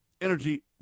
energy